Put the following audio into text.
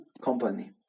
company